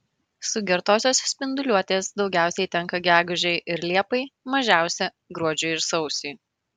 sugertosios spinduliuotės daugiausiai tenka gegužei ir liepai mažiausia gruodžiui ir sausiui